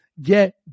get